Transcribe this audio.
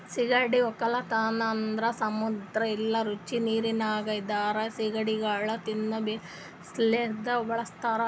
ಸೀಗಡಿ ಒಕ್ಕಲತನ ಅಂದುರ್ ಸಮುದ್ರ ಇಲ್ಲಾ ರುಚಿ ನೀರಿನಾಗ್ ಇರದ್ ಸೀಗಡಿಗೊಳ್ ತಿನ್ನಾ ಸಲೆಂದ್ ಬಳಸ್ತಾರ್